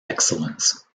excellence